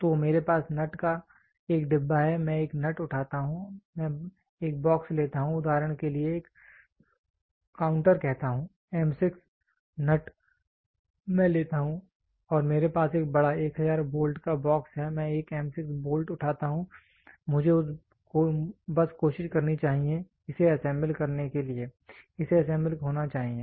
तो मेरे पास नट का एक डिब्बा है मैं एक नट उठाता हूं मैं एक बॉक्स लेता हूं उदाहरण के लिए एक काउंटर कहता हूं M6 नट मैं लेता हूं और मेरे पास एक बड़ा 1000 बोल्ट का बॉक्स है मैं एक M 6 बोल्ट उठाता हूं मुझे बस कोशिश करनी चाहिए इसे असेंबल करने के लिए इसे असेंबल होना चाहिए